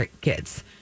kids